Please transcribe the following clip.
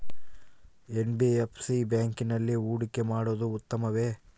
NBFC ಬ್ಯಾಂಕಿನಲ್ಲಿ ಹೂಡಿಕೆ ಮಾಡುವುದು ಉತ್ತಮವೆ?